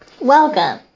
Welcome